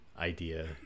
idea